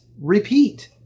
repeat